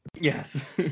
yes